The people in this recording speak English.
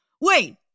wait